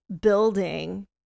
building